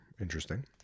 Interesting